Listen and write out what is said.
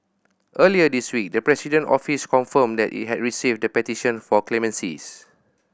earlier this week the President Office confirmed that it had received the petition for clemency